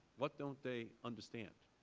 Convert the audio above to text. what don't they understand?